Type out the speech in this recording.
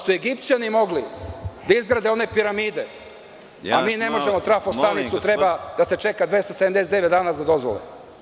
Ako su Egipćani mogli da izgrade one piramide, a mi ne možemo trafo stanicu jer treba da se čeka 279 dana za dozvole…